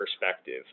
perspective